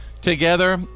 Together